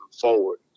forward